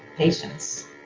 patience